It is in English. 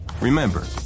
Remember